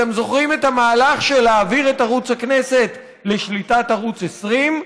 אתם זוכרים את המהלך להעביר את ערוץ הכנסת לשליטת ערוץ 20,